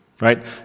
Right